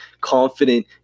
confident